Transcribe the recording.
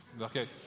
okay